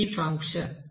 ఇది ఈ ఫంక్షన్